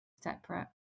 separate